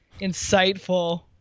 Insightful